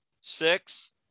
Six